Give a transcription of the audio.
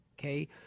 okay